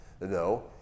No